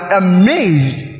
amazed